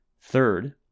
Third